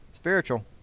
spiritual